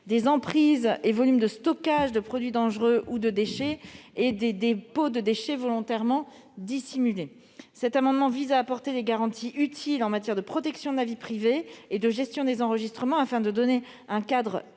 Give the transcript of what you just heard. des emprises et volumes de stockage de produits dangereux ou de déchets, et des dépôts de déchets volontairement dissimulés. Cet amendement vise à apporter des garanties utiles en matière de protection de la vie privée et de gestion des enregistrements, afin de donner un cadre rigoureux